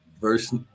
Verse